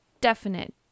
definite